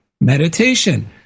meditation